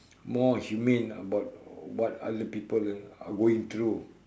more humane about what other people are are going through